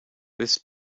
this